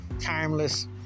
timeless